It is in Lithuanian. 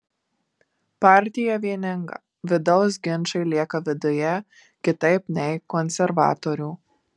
partija vieninga vidaus ginčai lieka viduje kitaip nei konservatorių